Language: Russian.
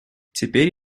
теперь